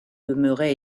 demeurait